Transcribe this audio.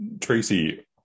Tracy